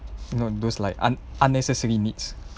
you know those like un~ unnecessary needs